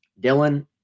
Dylan